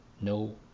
No